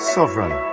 Sovereign